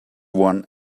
one